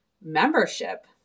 membership